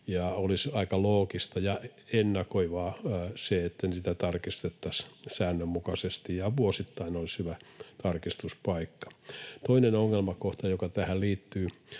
Olisi aika loogista ja ennakoivaa, että sitä tarkistettaisiin säännönmukaisesti, ja vuosittain olisi hyvä tarkistuspaikka. Toinen ongelmakohta, joka tähän liittyy,